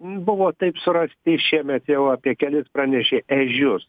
buvo taip surasti šiemet jau apie kelis pranešė ežius